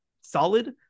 solid